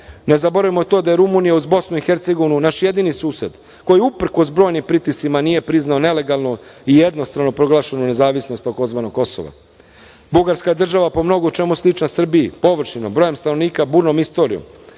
Ne zaboravimo to da je Rumunija, uz Bosnu i Hercegovinu, naš jedini sused koji, uprkos brojnim pritiscima, nije priznao nelegalno i jednostrano proglašenu nezavisnost tzv. Kosova. Bugarska država je po mnogo čemu slična Srbiji, površinom, brojem stanovnika, burnom istorijom.